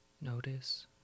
Notice